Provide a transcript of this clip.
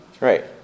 Right